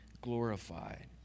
glorified